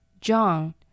John